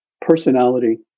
personality